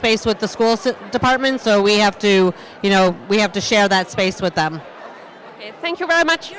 space with the school department so we have to you know we have to share that space with them thank you very much